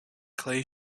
clay